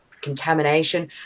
contamination